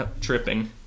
tripping